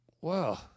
wow